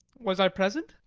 was i present?